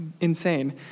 insane